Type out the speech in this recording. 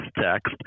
text